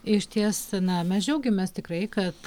išties na mes džiaugiamės tikrai kad